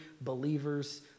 believers